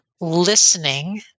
listening